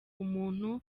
umuntu